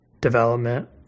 development